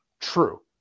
true